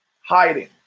hiding